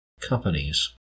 companies